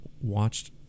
watched